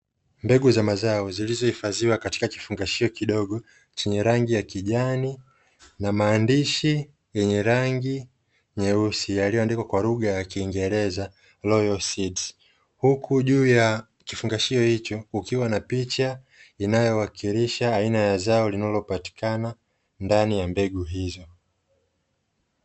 Mbegu za mazao, zilizohifadhiwa katika kifungashio kidogo chenye rangi ya kijani na maandishi yenye rangi nyeusi, yaliyoandikwa kwa lugha ya kiingereza "royal city", huku juu ya kifungashio hicho kukiwa na picha inayowakilisha aina ya zao linalopatikana ndani ya mbegu hizo.